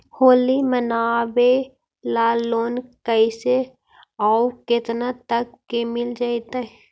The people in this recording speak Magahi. होली मनाबे ल लोन कैसे औ केतना तक के मिल जैतै?